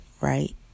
right